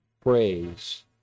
praise